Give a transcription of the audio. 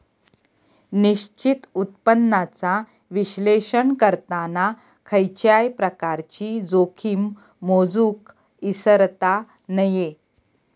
निश्चित उत्पन्नाचा विश्लेषण करताना खयच्याय प्रकारची जोखीम मोजुक इसरता नये